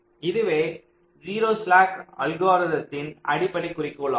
இதுவே 0 ஸ்லாக் அல்கோரிதத்தின் அடிப்படை குறிக்கோள் ஆகும்